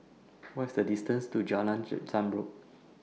What IS The distance to Jalan Zamrud